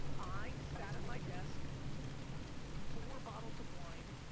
i sat at my desk with four bottles of wine